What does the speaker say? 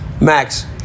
Max